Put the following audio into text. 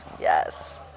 yes